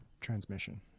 transmission